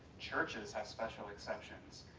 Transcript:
churches have special exceptions.